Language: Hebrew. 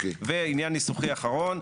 ועניין ניסוחי אחרון.